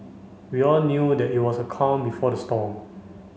we all knew that it was the calm before the storm